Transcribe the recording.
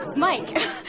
Mike